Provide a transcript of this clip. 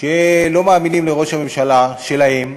שלא מאמינים לראש הממשלה שלהם,